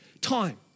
time